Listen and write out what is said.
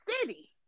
city